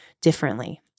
differently